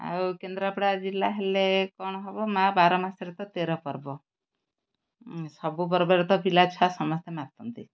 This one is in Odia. ଆଉ କେନ୍ଦ୍ରାପଡ଼ା ଜିଲ୍ଲା ହେଲେ କ'ଣ ହବ ମା' ବାର ମାସରେ ତ ତେର ପର୍ବ ସବୁ ପର୍ବରେ ତ ପିଲାଛୁଆ ସମସ୍ତେ ମାତନ୍ତି